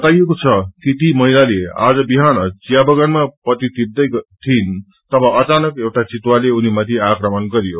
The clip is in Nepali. बताइको छ कि ती महिलाले आज विहान चियाबगानमा पत्ती टिप्टै थिईनतब अचानक एउटा वितुवाले उनीमाथि आक्रमण गरयो